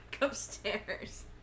upstairs